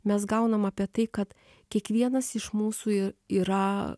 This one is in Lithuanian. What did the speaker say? mes gaunam apie tai kad kiekvienas iš mūsų yra